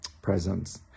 presence